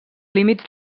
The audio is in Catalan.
límits